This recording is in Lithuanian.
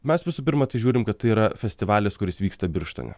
mes visų pirma tai žiūrim kad tai yra festivalis kuris vyksta birštone